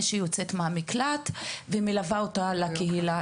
שהיא יוצאת מן המקלט ותלווה אותה לקהילה.